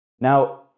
Now